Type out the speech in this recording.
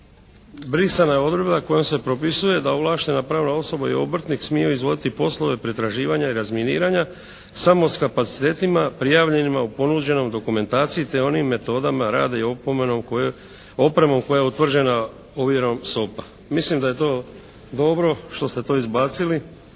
brisana je odredba kojom se propisuje da ovlaštena pravna osoba i obrtnik smiju izvoditi poslove pretraživanja i razminiranja samo s kapacitetima prijavljenima u ponuđenoj dokumentaciji, te onim metodama rada i opremom koja se utvrđena ovjerom SOPA. Mislim da je to dobro što ste to izbacili,